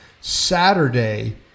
Saturday